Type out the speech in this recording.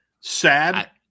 sad